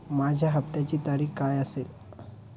माझ्या हप्त्याची तारीख काय असेल?